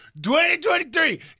2023